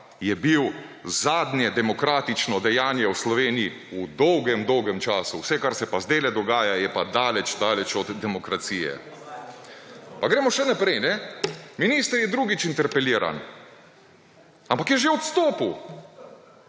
je bilo zadnje demokratično dejanje v Sloveniji po dolgem dolgem času. Vse, kar se pa zdajle dogaja, je pa daleč daleč od demokracije. Pa gremo še naprej. Minister je drugič interpeliran, ampak je že odstopil.